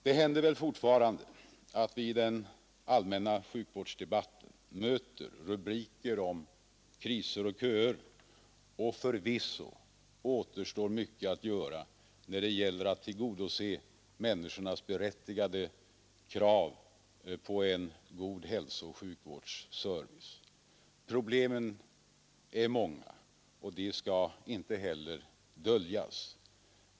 Det händer väl fortfarande att vi i den allmänna sjukvårdsdebatten möter rubriker om kriser och köer, och förvisso återstår mycket att göra när det gäller att tillgodose människornas berättigade krav på en god hälsooch sjukvårdsservice. Problemen är många och de skall inte heller döljas.